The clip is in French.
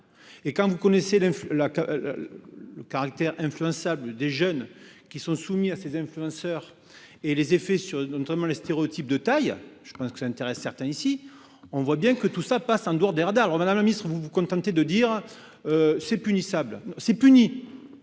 Et quand vous connaissez la CAF. Le caractère influençable. Des jeunes qui sont soumis à ces influenceurs et les effets sur notamment les stéréotypes de taille. Je pense que ça intéresse certains ici, on voit bien que tout ça passe en dehors des radars, alors Madame la Ministre vous vous contentez de dire. C'est punissable c'est puni.